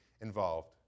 involved